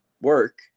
work